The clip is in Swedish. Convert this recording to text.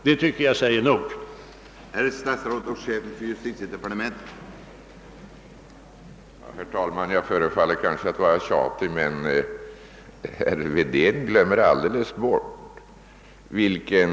Detta tycker jag säger tillräckligt.